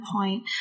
point